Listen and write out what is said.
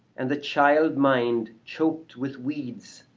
and the child-mind choked with weeds!